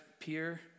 peer